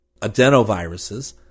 adenoviruses